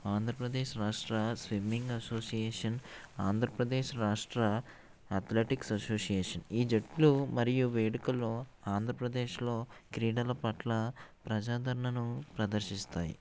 ఆంధ్రప్రదేశ్ రాష్ట్ర swimming association Andhra Pradesh రాష్ట్ర athletic association ఈ జట్లు మరియు వేడుకల్లో ఆంధ్రప్రదేశ్లో క్రీడల పట్ల ప్రజాదరణను ప్రదర్శిస్తాయి